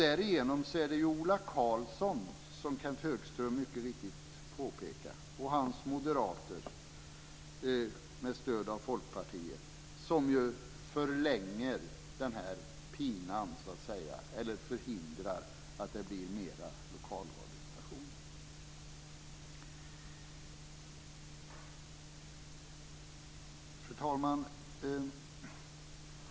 Därigenom är det ju Ola Karlsson, som Kenth Högström mycket riktigt påpekar, och hans moderater med stöd av Folkpartiet som ju förlänger denna pina, så att säga, eller förhindrar att det blir fler lokalradiostationer. Fru talman!